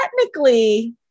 technically